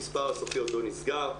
המספר הסופי עוד לא נסגר,